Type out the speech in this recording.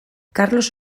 karlos